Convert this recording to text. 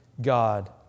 God